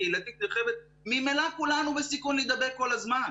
קהילתית נרחבת ממילא כולנו בסיכון להידבק כל הזמן,